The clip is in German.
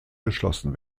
geschlossen